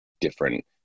different